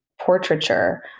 portraiture